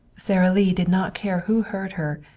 sara lee did not care who heard her,